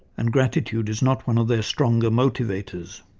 and gratitude is not one of their stronger motivators.